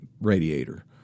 radiator